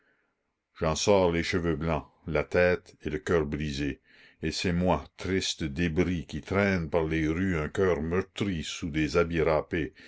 j'en sors les cheveux blancs la tête et le cœur brisés et c'est moi triste débris qui traîne par les rues un cœur meurtri sous des habits râpés